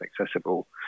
accessible